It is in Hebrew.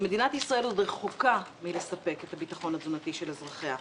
מדינת ישראל עוד רחוקה מלספק את הביטחון התזונתי של אזרחיה.